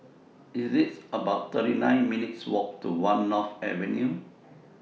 It's about thirty nine minutes' Walk to one North Avenue